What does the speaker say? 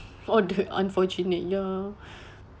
all the unfortunate ya